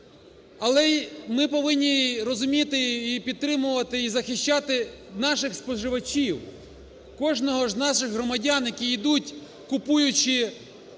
Але ми повинні розуміти і підтримувати, і захищати наших споживачів, кожного з наших громадян, які ідуть, купуючи,